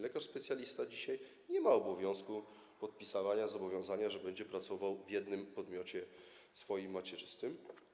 Lekarz specjalista dzisiaj nie ma obowiązku podpisywania zobowiązania, że będzie pracował w jednym podmiocie, w swoim podmiocie macierzystym.